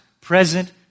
present